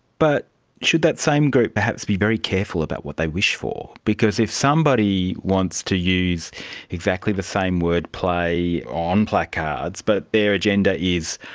but should that same group perhaps be very careful about what they wish for, because if somebody wants to use exactly the same wordplay on placards but their agenda is,